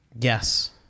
yes